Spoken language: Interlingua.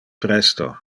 presto